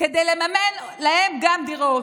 כדי לממן להם גם דירות.